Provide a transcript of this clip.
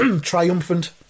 triumphant